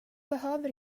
behöver